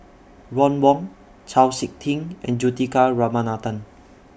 Ron Wong Chau Sik Ting and Juthika Ramanathan